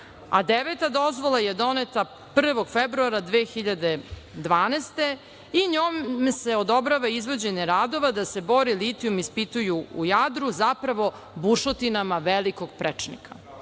a deveta dozvola je doneta 1. februara 2012. godine i njome se odobrava izvođenje radova da se bor i litijum ispituju u Jadru, zapravo bušotinama velikog prečnika.